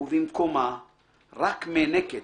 ובמקומה רק מיניקת,